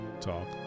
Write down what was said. talk